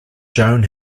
joan